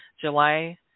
July